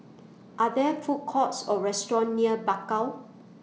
Are There Food Courts Or restaurants near Bakau